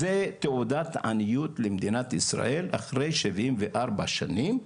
זו תעודת עניות למדינת ישראל אחרי שבעים וארבע שנים,